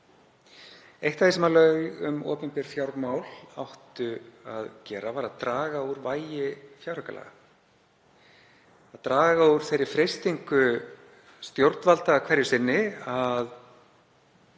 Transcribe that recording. Eitt af því sem lög um opinber fjármál áttu að gera var að draga úr vægi fjáraukalaga, draga úr þeirri freistingu stjórnvalda hverju sinni að